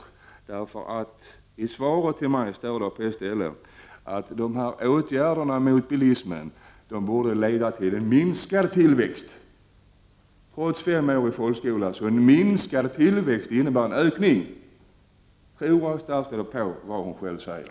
I statsrådets svar till mig står på ctt ställe att åtgärderna mot bilismen borde leda till en minskad tillväxt. Trots mina fem år i folkskolan vet jag att en minskad tillväxt innebär en ökning. Tror statsrådet på vad hon själv säger?